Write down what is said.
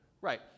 Right